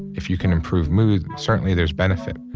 if you can improve mood, certainly there's benefit.